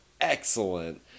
excellent